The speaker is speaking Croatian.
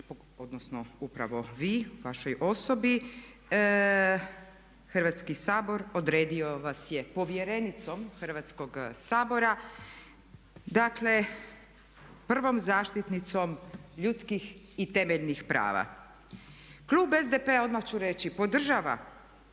odnosno upravo vi vašoj osobi Hrvatski sabor odredio vas je povjerenicom Hrvatskog sabora. Dakle, prvom zaštitnicom ljudskih i temeljnih prava. Klub SDP-a odmah ću reći podržava